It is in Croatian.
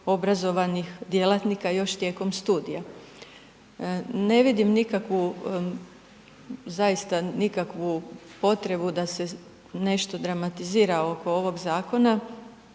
visokoobrazovanih djelatnika još tijekom studija. Ne vidim nikakvu zaista nikakvu potrebu da se nešto dramatizira oko ovog zakona,